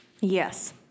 Yes